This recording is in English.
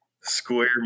Square